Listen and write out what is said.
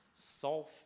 sulf